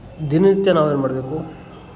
ದಿನ ನಿತ್ಯ ನಾವು ಏನು ಮಾಡಬೇಕು